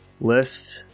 list